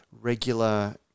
regular –